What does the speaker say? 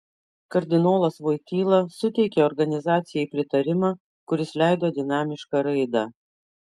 kardinolas voityla suteikė organizacijai pritarimą kuris leido dinamišką raidą